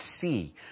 see